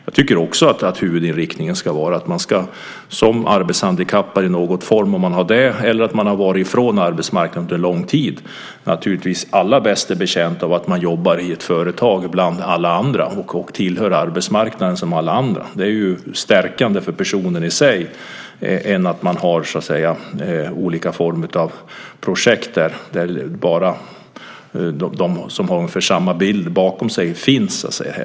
Jag tycker också att huvudinriktningen ska vara att man som arbetshandikappad i någon form eller om man har varit ifrån arbetsmarknaden under lång tid är allra bäst betjänt av att jobba i ett företag bland alla andra och tillhör arbetsmarknaden som alla andra. Det är stärkande för personen i sig än att ha olika form av projekt där bara de som har ungefär samma bild bakom sig finns.